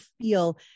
feel